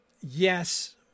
Yes